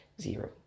zero